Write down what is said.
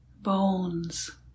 Bones